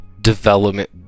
development